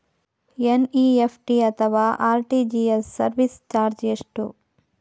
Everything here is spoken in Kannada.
ಎನ್.ಇ.ಎಫ್.ಟಿ ಅಥವಾ ಆರ್.ಟಿ.ಜಿ.ಎಸ್ ಸರ್ವಿಸ್ ಚಾರ್ಜ್ ಎಷ್ಟು?